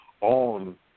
On